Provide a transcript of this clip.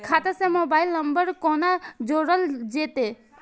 खाता से mobile number कोना जोरल जेते?